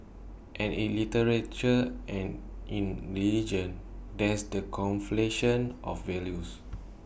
and in literature and in religion there's the conflation of values